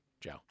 Joe